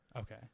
Okay